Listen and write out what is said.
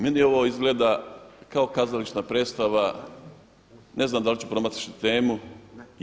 Meni ovo izgleda kao kazališna predstava, ne znam da li ću promašiti temu i ja.